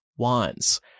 wands